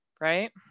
right